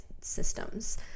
systems